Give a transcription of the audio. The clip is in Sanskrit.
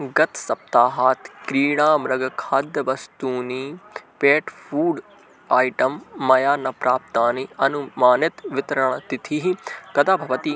गतसप्ताहात् क्रीडामृगखाद्यवस्तूनि पेट् फ़ूड् ऐटं मया न प्राप्तानि अनुमानितवितरणतिथिः कदा भवति